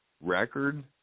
record